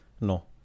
No